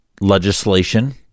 legislation